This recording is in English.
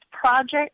project